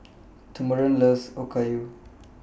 Thurman loves Okayu